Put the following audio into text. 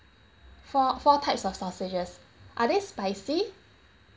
four four type of sausages are they spicy